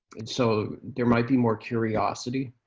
and so there might be more curiosity.